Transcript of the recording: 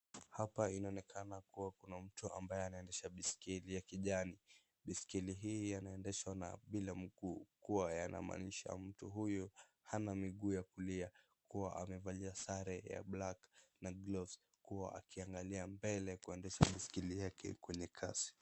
Hapa inaonekana kuwa kuna mtu ambaye anaendesha baiskeli ya kijani. Baiskeli hii anaendeshwa na bila mguu kuwa yanamaanisha mtu huyu hana miguu ya kulia. Kuwa amevalia sare ya black na gloves kuwa akiangalia mbele kuendesha baiskeli yake kwenye kasi.